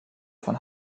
von